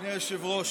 אדוני היושב-ראש,